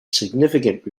significant